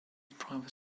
private